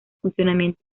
funcionamiento